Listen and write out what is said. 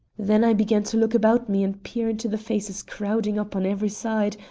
then i began to look about me and peer into the faces crowding up on every side,